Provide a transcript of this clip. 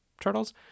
turtles